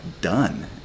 done